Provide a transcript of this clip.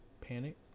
panic